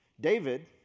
David